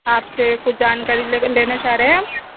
آپ سے کچھ جانکاری لے کے لینا چاہ رہے ہیں ہم